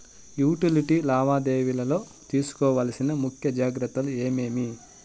Utility లావాదేవీల లో తీసుకోవాల్సిన ముఖ్య జాగ్రత్తలు ఏమేమి?